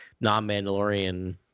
non-Mandalorian